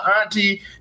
auntie